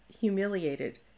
humiliated